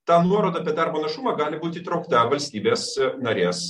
ta nuoroda apie darbo našumą gali būt įtraukta valstybės narės